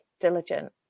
diligent